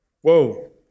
Whoa